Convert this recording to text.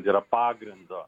yra pagrindo